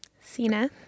cena